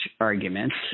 arguments